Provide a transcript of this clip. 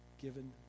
given